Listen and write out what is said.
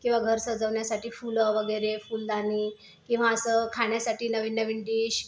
किंवा घर सजवण्यासाठी फुलं वगैरे फुलदाणी किंवा असं खाण्यासाठी नवीननवीन डिश